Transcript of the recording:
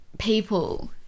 people